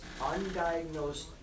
undiagnosed